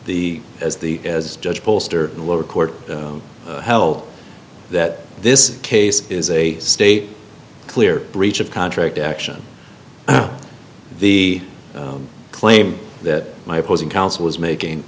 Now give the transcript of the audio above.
the as the as judge bolster the lower court held that this case is a state clear breach of contract action the claim that my opposing counsel was making